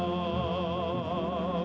oh